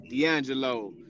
D'Angelo